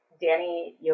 Danny